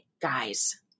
Guys